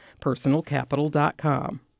PersonalCapital.com